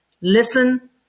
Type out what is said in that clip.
listen